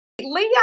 Leah